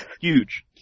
Huge